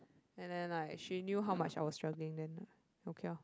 and then like she knew how much I was struggling then ah okay lor